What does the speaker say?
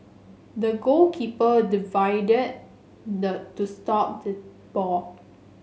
the goalkeeper dived the to stop the ball